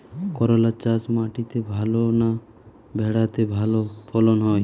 করলা চাষ মাটিতে ভালো না ভেরাতে ভালো ফলন হয়?